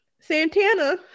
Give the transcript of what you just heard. Santana